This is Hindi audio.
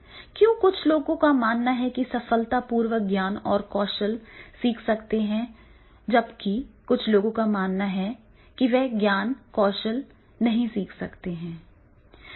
क्यों कुछ लोगों का मानना है कि वे सफलतापूर्वक ज्ञान और कौशल सीख सकते हैं जबकि कुछ लोगों का मानना है कि नहीं वे ज्ञान और कौशल नहीं सीख सकते हैं